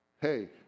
hey